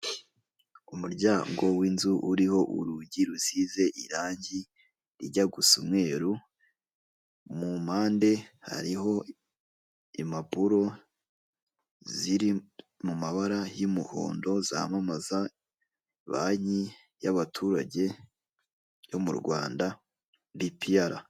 Umuryango w'inzu uriho urugi rusize irangi rijya gusa umweru, mu mpande hariho impapuro ziri mu mabara y'umuhondo, zamamaza banki y'abaturage yo mu Rwanda BPR.